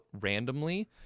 randomly